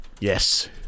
Yes